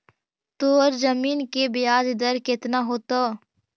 तोर जमीन के ब्याज दर केतना होतवऽ?